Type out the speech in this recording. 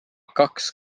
kaks